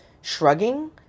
shrugging